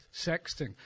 sexting